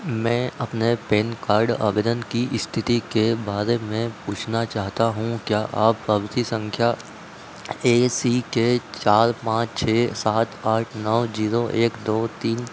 मैं अपने PAN card आवेदन की स्थिति के बारे में पूछना चाहता हूँ क्या आप पावती संख्या एसीके चार पाँच छः सात आठ नौ जीरो एक दो तीन